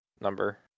number